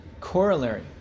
corollary